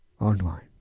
online